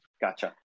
gotcha